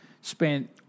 spent